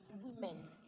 women